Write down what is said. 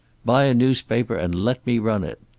buy a newspaper and let me run it!